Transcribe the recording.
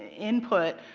input,